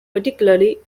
particularly